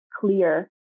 clear